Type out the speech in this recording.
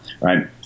right